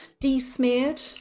de-smeared